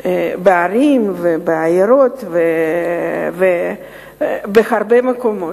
בערים, בעיירות ובהרבה מקומות.